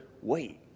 wait